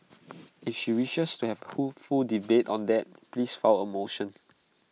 if she wishes to have A full debate on that please file A motion